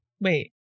Wait